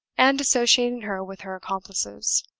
and associating her with her accomplices.